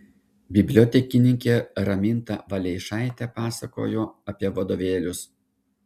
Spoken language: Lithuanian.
bibliotekininkė raminta valeišaitė pasakojo apie vadovėlius